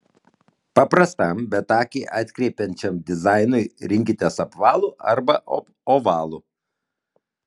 paprastam bet akį atkreipiančiam dizainui rinkitės apvalų arba ovalų